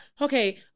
okay